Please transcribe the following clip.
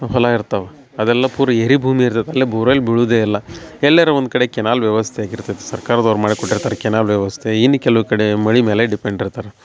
ಹೊಲ ಇರ್ತವ ಅದೆಲ್ಲ ಪೂರ ಏರಿ ಭೂಮಿ ಇರ್ತೈತಿ ಅಲ್ಲಿ ಬೋರ್ವೆಲ್ ಬೀಳೂದೇ ಇಲ್ಲ ಎಲ್ಯರು ಒಂದು ಕಡೆ ಕೆನಾಲ್ ವ್ಯವಸ್ಥೆ ಆಗಿರ್ತತಿ ಸರ್ಕಾರದವ್ರ ಮಾಡ್ಕೊಟ್ಟಿರ್ತಾರೆ ಕೆನಲ್ ವ್ಯವಸ್ಥೆ ಇನ್ನು ಕೆಲವು ಕಡೆ ಮಳೆ ಮೇಲೆ ಡಿಪೆಂಡ್ ಇರ್ತರೆ